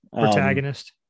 protagonist